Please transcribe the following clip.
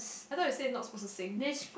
I thought he say not suppose to sing